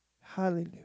Hallelujah